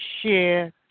share